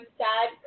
sad